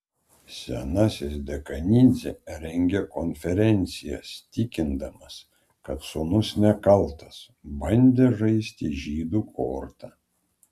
senasis dekanidzė rengė konferencijas tikindamas kad sūnus nekaltas bandė žaisti žydų korta